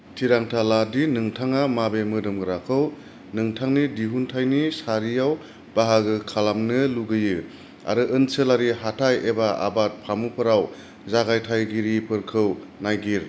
थिरांथा ला दि नोंथाङा माबे मोदोमग्राखौ नोंथांनि दिहुनथाइनि सारियाव बाहागो खालामनो लुगैयो आरो ओनसोलारि हाथाइ एबा आबाद फामुफोराव जागायथाइगिरिफोरखौ नायगिर